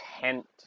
tent